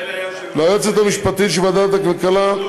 ליועצת המשפטית של ועדת הכלכלה,